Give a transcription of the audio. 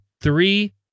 three